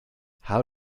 how